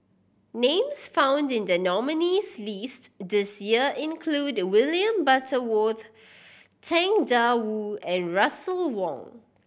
names found in the nominees' list this year include William Butterworth Tang Da Wu and Russel Wong